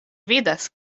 vidas